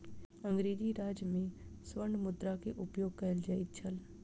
अंग्रेजी राज में स्वर्ण मुद्रा के उपयोग कयल जाइत छल